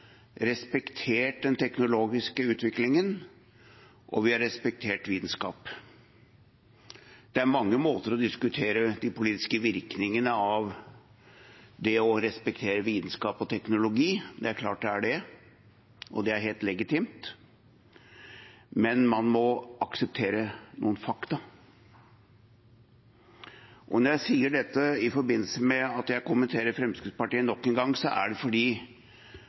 respektert den teknologiske utviklingen, og vi har respektert vitenskap. Det er mange måter å diskutere de politiske virkningene av det å respektere vitenskap og teknologi på – det er klart det er det, og det er helt legitimt – men man må akseptere noen fakta. Når jeg sier dette i forbindelse med at jeg kommenterer Fremskrittspartiet nok en gang, er det fordi